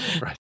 Right